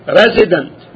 resident